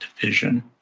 Division